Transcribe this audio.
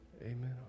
amen